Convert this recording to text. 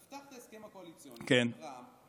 תפתח את ההסכם הקואליציוני עם רע"מ,